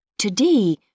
Today